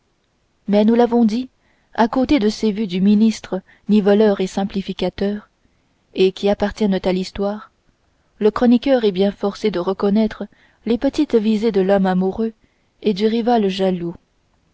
mais nous l'avons dit à côté de ces vues du ministre niveleur et simplificateur et qui appartiennent à l'histoire le chroniqueur est bien forcé de reconnaître les petites visées de l'homme amoureux et du rival jaloux